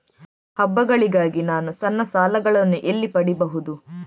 ಹಬ್ಬಗಳಿಗಾಗಿ ನಾನು ಸಣ್ಣ ಸಾಲಗಳನ್ನು ಎಲ್ಲಿ ಪಡಿಬಹುದು?